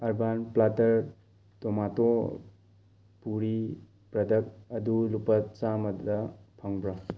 urban platter tomato puree product ꯑꯗꯨ ꯂꯨꯄꯥ ꯆꯥꯃꯗ ꯐꯪꯕ꯭ꯔꯥ